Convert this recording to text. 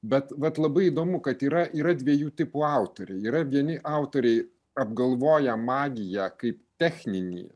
bet vat labai įdomu kad yra yra dviejų tipų autoriai yra vieni autoriai apgalvoję magiją kaip techninį